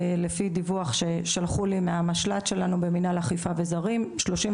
לפי דיווח ששלחו לי מהמשל"ט שלנו במינהל אכיפה וזרים,